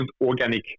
organic